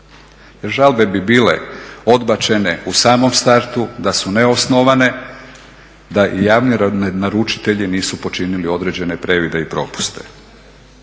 Jer žalbe bi bile odbačene u samom startu da su neosnovane da javni naručitelji nisu počinili određene previde i propuste.